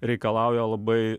reikalauja labai